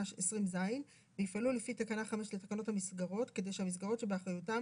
20ז ויפעלו לפי תקנה 5 לתקנות המסגרות כדי שהמסגרות שבאחריותם